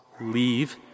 leave